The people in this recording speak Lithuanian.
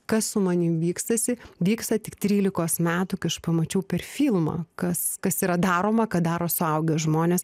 kas su manim vykstasi vyksta tik trylikos metų kai aš pamačiau per filmą kas kas yra daroma ką daro suaugę žmonės